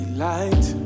light